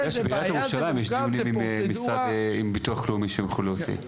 האמת שבעיריית ירושלים יש דיונים על הביטוח הלאומי שיוכלו להוציא.